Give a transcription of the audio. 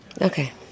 Okay